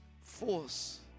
force